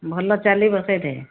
ଭଲ ଚାଲିବ ସେଇଠି